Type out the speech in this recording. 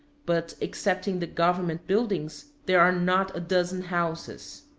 but, excepting the government buildings, there are not a dozen houses.